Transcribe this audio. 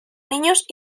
niños